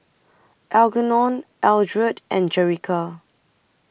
Algernon Eldred and Jerica